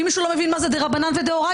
אם מישהו לא הבין מה זה דרבנן ודאורייתא,